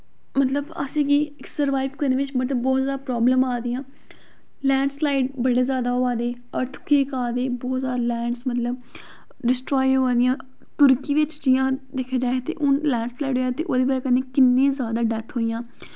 मतलव असें गी सर्वाईव करने च मतलव बहुत जादा प्रॉबलम आदियां लैंड स्लाईड बहुत जादा होआ दे अर्थक्वेक आ दे बहुत जादा लैंडस मतलव डिस्टरॉए होआ दियां तुर्की बिच्च जियां दिक्खेआ जाए ते हून लैंड स्लाईड होया ते ओह्दी बज़ह कन्नै किन्नी जादा डैत्थ होइयां